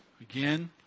Again